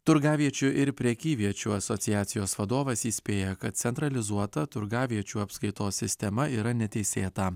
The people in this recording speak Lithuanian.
turgaviečių ir prekyviečių asociacijos vadovas įspėja kad centralizuota turgaviečių apskaitos sistema yra neteisėta